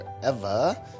forever